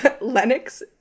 Lennox